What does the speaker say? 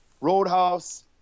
Roadhouse